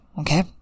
Okay